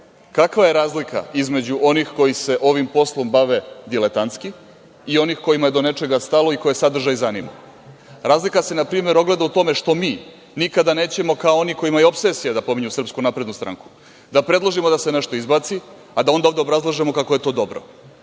kakva je razlika između onih koji se ovim poslom bave diletantski i onih kojima je do nečega stalo i koje sadržaj zanima? Razlika se npr. ogleda u tome što mi nikada nećemo kao oni kojima je opsesija da pominju SNS da predložimo da se nešto izbaci, a da onda ovde obrazlažemo kako je to dobro.